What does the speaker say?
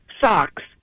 socks